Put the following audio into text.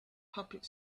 public